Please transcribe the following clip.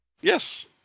Yes